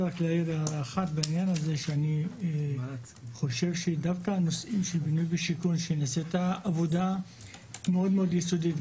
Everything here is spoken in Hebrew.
אני חושב שדווקא בנושאים של בינוי ושיכון נעשתה עבודה מאוד מאוד יסודית,